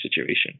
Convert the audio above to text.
situation